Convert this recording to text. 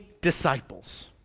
disciples